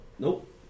Nope